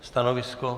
Stanovisko?